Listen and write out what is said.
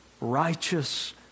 Righteous